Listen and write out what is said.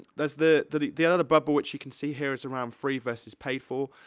there's the, the, the other bubble, which you can see, here, is around free versus paid for.